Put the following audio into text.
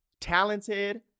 Talented